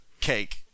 cake